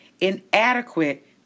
inadequate